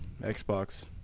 Xbox